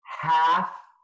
half